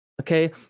Okay